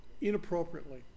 inappropriately